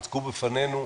הוצגו בפנינו,